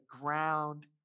ground